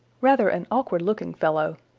rather an awkward-looking fellow.